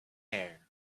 air